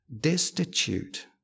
destitute